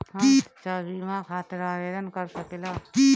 हम शिक्षा बीमा खातिर आवेदन कर सकिला?